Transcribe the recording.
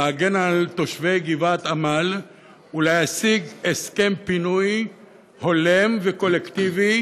להגן על תושבי גבעת עמל ולהשיג הסכם פינוי-פיצוי הולם וקולקטיבי,